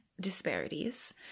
disparities